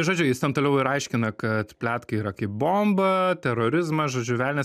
žodžiu jis ten toliau ir aiškina kad pletkai yra kaip bomba terorizmas žodžiu velnias